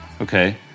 Okay